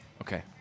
Okay